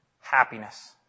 happiness